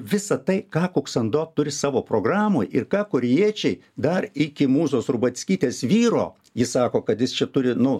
visa tai ką kuksando turi savo programoj ir ką korėjiečiai dar iki mūzos rubackytės vyro jis sako kad jis čia turi nu